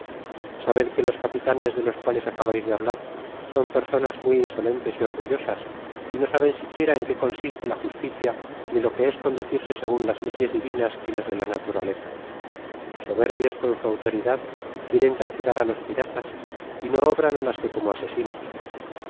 sabed que los capitanes de los cuales acabais de hablar son personas muy insolentes y orgullosas y no saben siquiera en qué consiste la justicia ni lo que es conducirse segun las leyes divinas y las de la naturaleza soberbios con su autoridad quieren castigar á los piratas y no obran mas que como asesinos